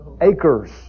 acres